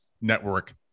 network